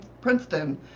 Princeton